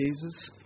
Jesus